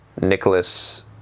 Nicholas